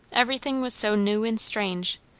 everything was so new and strange.